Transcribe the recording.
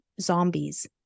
zombies